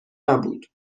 نبود